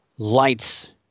Lights